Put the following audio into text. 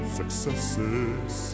successes